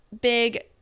big